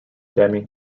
deming